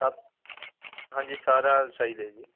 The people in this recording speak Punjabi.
ਸਤ ਹਾਂਜੀ ਸਾਰਾ ਚਾਹੀਦਾ ਜੀ